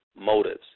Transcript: motives